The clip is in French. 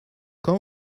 quand